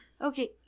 Okay